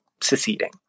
seceding